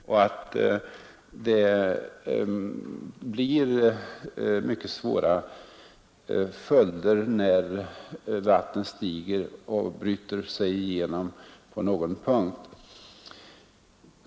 Det blir därför mycket svåra följder när vattnet stiger och bryter sig igenom på någon punkt.